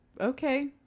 Okay